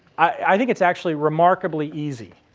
i think it's actually remarkably easy.